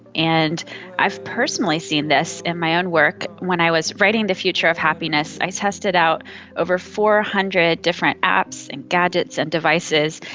and i've personally seen this in my own work. when i was writing the future of happiness i tested out over four hundred different apps and gadgets and devices,